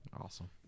Awesome